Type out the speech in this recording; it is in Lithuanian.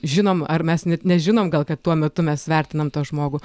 žinom ar mes net nežinom gal kad tuo metu mes vertinam tą žmogų